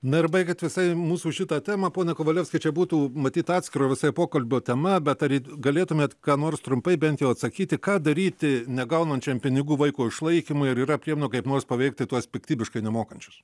na ir baigiant visai mūsų šitą temą pone kovalevski čia būtų matyt atskiro visai pokalbio tema bet ar galėtumėt ką nors trumpai bent jau atsakyti ką daryti negaunančiam pinigų vaiko išlaikymui ar yra priemonių kaip nors paveikti tuos piktybiškai nemokančius